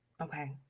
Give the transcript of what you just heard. okay